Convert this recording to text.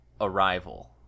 arrival